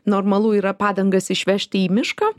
normalu yra padangas išvežti į mišką